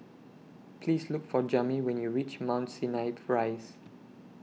Please Look For Jami when YOU REACH Mount Sinai Prise